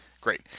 great